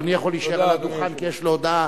אדוני יכול להישאר על הדוכן כי יש לו הודעה.